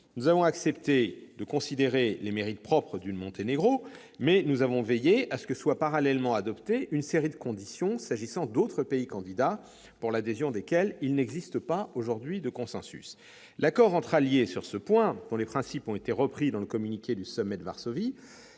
nous avons accepté de considérer les mérites propres du Monténégro, mais nous avons veillé à ce que soit parallèlement adoptée une série de conditions destinée à d'autres pays candidats, pour l'adhésion desquels il n'existe pas aujourd'hui de consensus. L'accord entre alliés sur ce point, dont les principes ont été repris dans le communiqué du sommet de Varsovie,